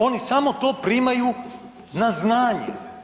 Oni samo to primaju na znanje.